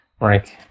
right